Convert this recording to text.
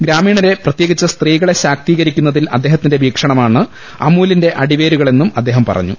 ഗ്രാമീണരെ പ്രത്യേകിച്ച് സ്ത്രീകളെ ശാക്തീകരിക്കുന്നതിൽ അദ്ദേഹത്തിന്റെ വീക്ഷണമാണ് അമൂലിന്റെ അടിവേരുകളെന്നും അദ്ദേഹം പറഞ്ഞു